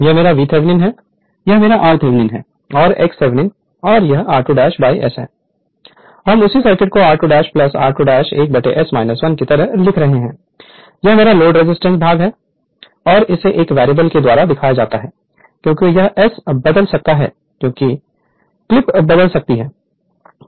यह मेरा VThevenin है यह मेरा r Thevenin है और x Thevenin और यह r2 बाय S है हम उसी सर्किट को r2 r2 1S 1 की तरह लिख रहे हैं यह मेरा लोड रेजिस्टेंस भाग है और इसे एक वेरिएबल के द्वारा दिखाया जाता है क्योंकि यह S बदल सकता है क्योंकि क्लिप बदल सकती है